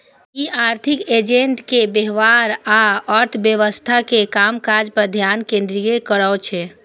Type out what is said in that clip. ई आर्थिक एजेंट के व्यवहार आ अर्थव्यवस्था के कामकाज पर ध्यान केंद्रित करै छै